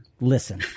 Listen